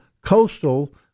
Coastal